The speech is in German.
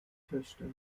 töchter